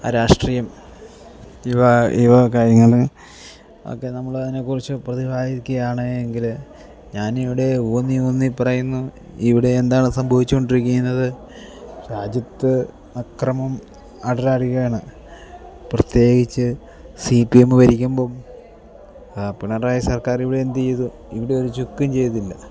രാഷ്ട്രീയം ഇവ ഈവക കാര്യങ്ങൾ ഒക്കെ നമ്മളതിനെക്കുറിച്ച് പ്രതിപാദിക്കുകയാണ് എങ്കിൽ ഞാനിവിടെ ഊന്നി ഊന്നി പറയുന്നു ഇവിടെ എന്താണ് സംഭവിച്ചുകൊണ്ടിരിക്കുന്നത് രാജ്യത്ത് അക്രമം അടരാടുകയാണ് പ്രത്യേകിച്ച് സി പി എം ഭരിക്കുമ്പം പിണറായി സർക്കാരിവിടെ എന്ത് ചെയ്തു ഇവിടെ ഒരു ചുക്കും ചെയ്തില്ല